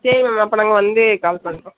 சரி மேம் அப்போ நாங்கள் வந்து கால் பண்ணுறோம்